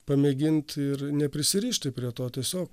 pamėgint ir neprisirišti prie to tiesiog